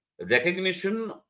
recognition